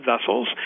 vessels